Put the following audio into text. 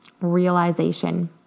realization